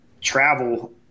travel